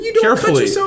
carefully